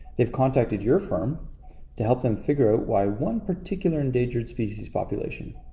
they've contacted your firm to help them figure why one particular endangered species population,